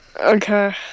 Okay